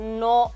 no